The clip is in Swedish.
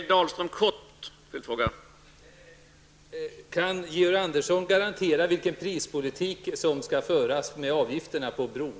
Herr talman! Kan Georg Andersson ge några garantier beträffande den prispolitik som skall föras med avgifterna på bron?